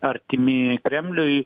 artimi kremliui